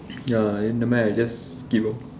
ya then never mind I just skip lor